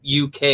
UK